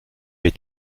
est